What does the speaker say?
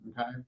okay